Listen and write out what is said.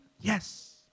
Yes